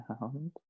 sound